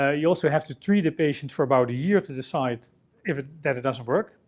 ah you also have to treat a patient for about a year to decide if it. that it doesn't work.